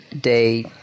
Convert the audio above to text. day